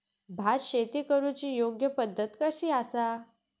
भात शेती करुची योग्य पद्धत कशी आसा?